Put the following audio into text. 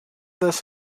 this